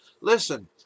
listen